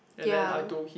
ya